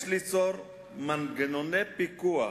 יש ליצור מנגנוני פיקוח